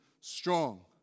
strong